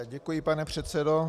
Děkuji, pane předsedo.